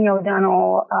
O'Donnell